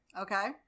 Okay